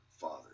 father